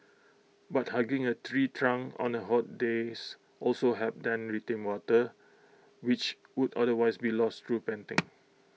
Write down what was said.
but hugging A tree trunk on the hot days also helps then retain water which would otherwise be lost through panting